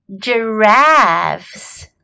giraffes